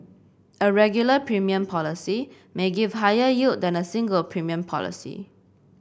a regular premium policy may give higher yield than a single premium policy